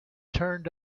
turned